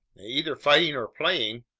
either fighting or playing.